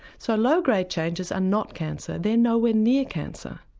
so low grade changes are not cancer, they're nowhere near cancer.